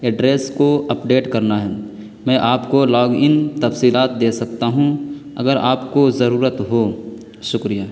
address کو update کرنا ہے میں آپ کو لاگ ان تفصیلات دے سکتا ہوں اگر آپ کو ضرورت ہو شکریہ